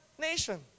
nation